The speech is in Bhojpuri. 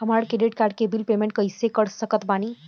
हमार क्रेडिट कार्ड के बिल पेमेंट कइसे कर सकत बानी?